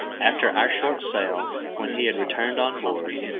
after our short sail, when he had returned on board,